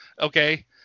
Okay